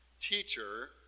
Teacher